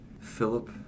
Philip